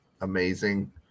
amazing